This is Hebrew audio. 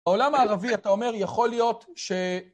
העולם הערבי, אתה אומר, יכול להיות ש...